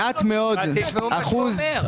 אחוז ------ תשמעו מה שהוא אומר.